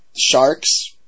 sharks